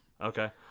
Okay